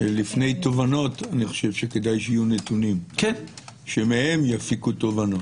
לפני תובנות אני חושב שכדאי שיהיו נתונים שמהם יגיעו תובנות.